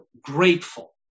grateful